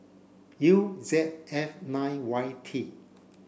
U Z F nine Y T